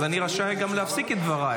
אז אני רשאי גם להפסיק את דברייך.